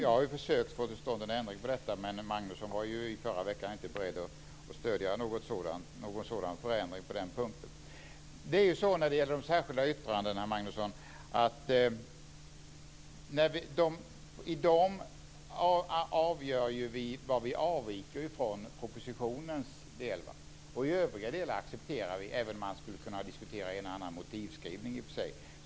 Vi har försökt få till stånd en ändring på detta, men Magnusson var inte i förra veckan beredd att stödja någon sådan förändring på den punkten. I de särskilda yttrandena avgör vi var vi avviker från propositionen. I övriga delar accepterar vi den, även om man i och för sig skulle kunna diskutera en och annan motivskrivning.